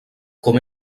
com